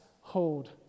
hold